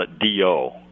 D-O